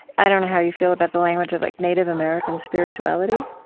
i don't know how you feel about the language of like native american spirituality,